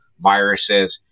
viruses